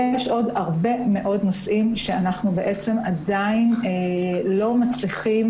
יש עוד הרבה מאוד נושאים שאנחנו עדיין לא מצליחים